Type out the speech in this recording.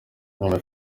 umwami